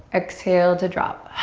exhale to drop.